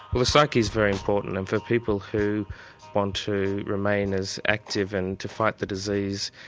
the psyche is very important, and for people who want to remain as active and to fight the disease,